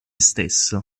stesso